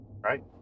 right